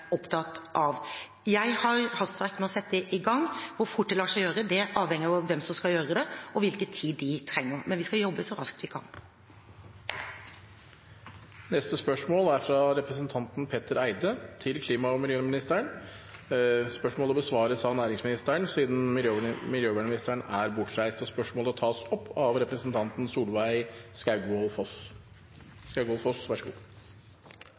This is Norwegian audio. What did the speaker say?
opptatt av. Jeg har hastverk med å sette i gang. Hvor fort det lar seg gjøre, avhenger av hvem som skal gjøre det, og hvilken tid de trenger. Men vi skal jobbe så raskt vi kan. Dette spørsmålet, fra representanten Petter Eide til klima- og miljøministeren, vil bli besvart av næringsministeren på vegne av klima- og miljøministeren, som er bortreist. Spørsmålet vil bli tatt opp av representanten Solveig Skaugvoll Foss.